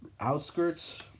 outskirts